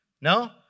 No